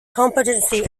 competency